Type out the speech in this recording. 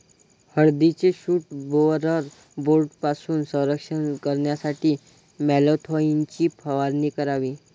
हळदीचे shoot borer बोर्डपासून संरक्षण करण्यासाठी मॅलाथोईनची फवारणी करावी